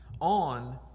on